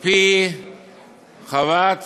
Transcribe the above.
על-פי חוות